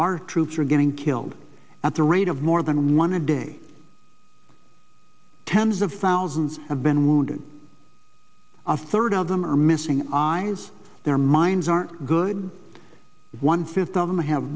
our troops are getting killed at the rate of more than one a day tens of thousands have been wounded a third of them are missing eyes their minds aren't good one fifth of them have